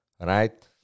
Right